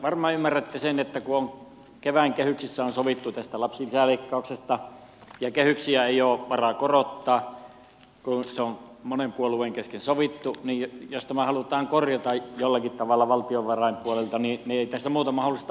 varmaan ymmärrätte sen että kun kevään kehyksissä on sovittu tästä lapsilisäleikkauksesta ja kehyksiä ei ole varaa korottaa kun ne on monen puolueen kesken sovittu niin jos tämä halutaan korjata jollakin tavalla valtiovarainpuolelta niin ei tässä muuta mahdollisuutta ole kuin vähennyksellä tehdä